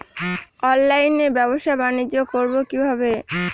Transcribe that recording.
অনলাইনে ব্যবসা বানিজ্য করব কিভাবে?